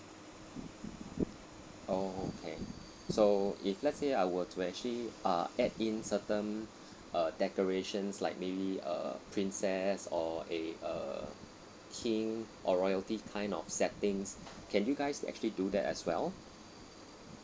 oh okay so if let's say I were to actually uh add in certain err decorations like maybe a princess or a uh king or royalty kind of settings can you guys actually do that as well